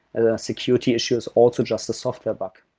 the security issue is also just the software bug,